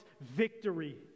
victory